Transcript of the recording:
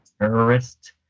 terrorist